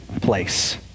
place